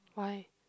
why